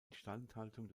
instandhaltung